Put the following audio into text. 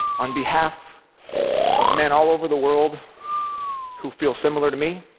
on behalf of men all over the world who feel similar to me,